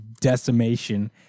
decimation